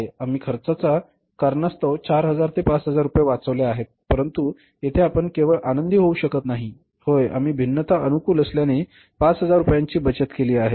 आम्ही खर्चाच्या कारणास्तव 5000 रुपये वाचवले आहेत परंतु येथे आपण केवळ आनंदी होऊ शकत नाही होय आम्ही भिन्नता अनुकूल असल्याने 5000 रुपयांची बचत केली आहे